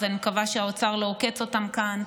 אז אני מקווה שהאוצר לא עוקץ אותם כאן.